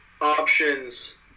options